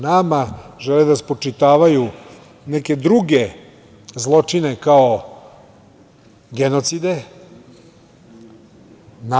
Nama žele da spočitavaju neke druge zločine kao genocide.